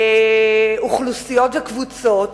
לאוכלוסיות וקבוצות